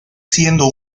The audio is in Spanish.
siendo